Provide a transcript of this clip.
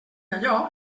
allò